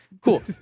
Cool